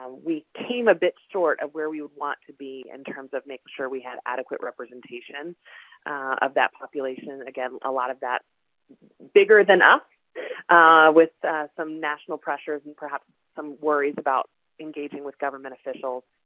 um we came a bit short of where we would want to be in terms of making sure we had adequate representation of that population. again, a lot of that bigger than us with some national pressures and perhaps some worries about engaging with government officials.